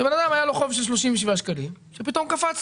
שלאדם היה חוב של 37 שקלים שפתאום קפץ